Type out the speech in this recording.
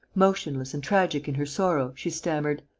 motionless and tragic in her sorrow, she stammered